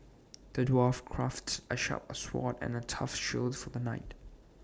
the dwarf crafted A sharp sword and A tough shield for the knight